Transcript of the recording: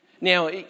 Now